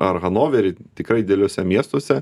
ar hanovery tikrai dideliuose miestuose